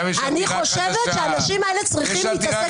אני חושבת שהאנשים האלה צריכים --- אל תדאגי,